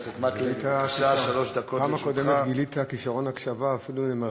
בפעם הקודמת גילית כישרון הקשבה אפילו ממרחק,